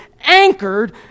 anchored